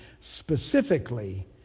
specifically